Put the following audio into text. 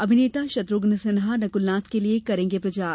अभिनेता शत्रुघ्न सिन्हा नकुलनाथ के लिये करेंगे प्रचार